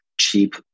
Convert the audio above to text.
cheap